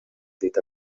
дейт